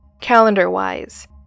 calendar-wise